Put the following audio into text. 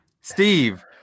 Steve